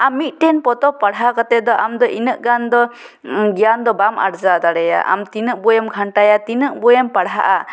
ᱟᱢ ᱢᱤᱴᱮᱱ ᱯᱚᱛᱚᱵ ᱯᱟᱲᱦᱟᱣ ᱠᱟᱛᱮᱫ ᱫᱚ ᱟᱢ ᱫᱚ ᱤᱱᱟᱹᱜ ᱜᱟᱱ ᱫᱚ ᱜᱮᱭᱟᱱ ᱫᱚ ᱵᱟᱢ ᱟᱨᱡᱟᱣ ᱫᱟᱲᱮᱭᱟᱜᱼᱟ ᱟᱢ ᱛᱤᱱᱟᱹᱜ ᱵᱳᱭ ᱮᱢ ᱜᱷᱟᱱᱴᱟᱭᱟ ᱛᱤᱱᱟᱹᱜ ᱵᱳᱭ ᱮᱢ ᱯᱟᱲᱦᱟᱜᱼᱟ